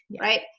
Right